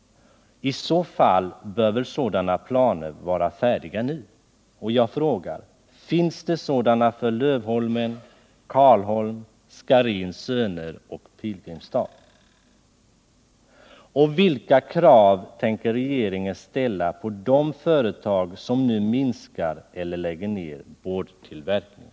I så fall bör väl sådana planer vara färdiga nu. Och jag frågar: Finns det sådana för Lövholmen, Karlholm, Scharins Söner och Pilgrimstad? Vilka krav tänker regeringen ställa på de företag som nu minskar eller lägger ned boardtillverkningen?